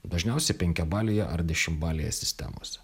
dažniausiai penkiabalėje ar dešimtbalėje sistemose